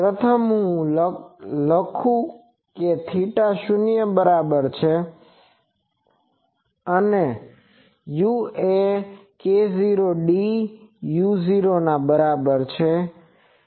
પ્રથમ હું લખું કે થીટા શૂન્ય બરાબર છે અને u એ k0du0 બરાબર છે